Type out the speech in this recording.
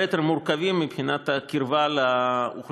יותר מורכבים של ניקוי מבחינת הקרבה לאוכלוסייה,